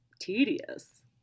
tedious